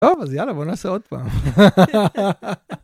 טוב אז יאללה בוא נעשה עוד פעם.